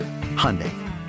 Hyundai